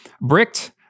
Bricked